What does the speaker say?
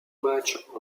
matchs